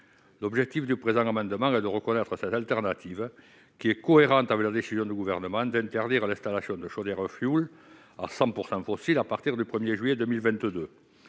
L'objet du présent amendement est de reconnaître cette solution de rechange, qui est cohérente avec la décision du Gouvernement d'interdire l'installation de chaudières au fioul 100 % fossile à partir du 1 juillet 2022.